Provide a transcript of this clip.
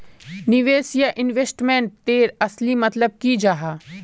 निवेश या इन्वेस्टमेंट तेर असली मतलब की जाहा?